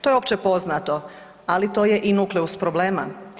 To je opće poznato, ali to je i nukleus problema.